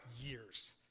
years